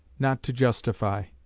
not to justify